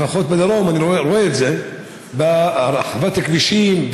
לפחות בדרום אני רואה את זה בהרחבת הכבישים,